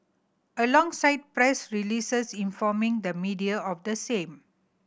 alongside press releases informing the media of the same